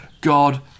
God